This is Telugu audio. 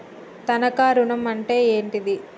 తనఖా ఋణం అంటే ఏంటిది?